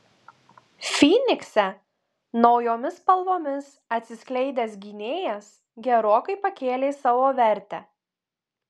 fynikse naujomis spalvomis atsiskleidęs gynėjas gerokai pakėlė savo vertę